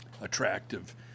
attractive